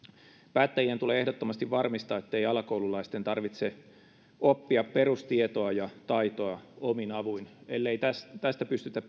päättäjien tulee ehdottomasti varmistaa ettei alakoululaisten tarvitse oppia perustietoa ja taitoa omin avuin ellei tästä tästä pystytä